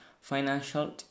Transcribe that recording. financial